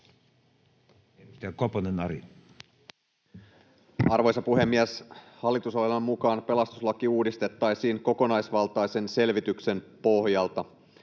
Arvoisa puhemies! Hallitusohjelman mukaan pelastuslaki uudistettaisiin kokonaisvaltaisen selvityksen pohjalta.